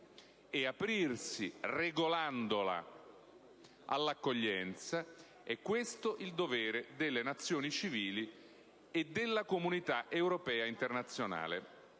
e aprirsi - regolandola - all'accoglienza: è questo il dovere delle nazioni civili e della comunità europea e internazionale,